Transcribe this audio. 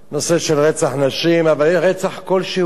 נושא של רצח נשים, אבל רצח כלשהו.